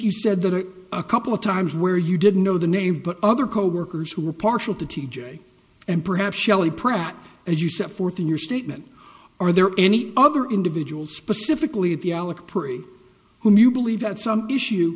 you said that a couple of times where you didn't know the name but other coworkers who were partial to t j and perhaps shelley pratt as you set forth in your statement are there any other individuals specifically the alec pre whom you believe had some issue